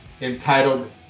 entitled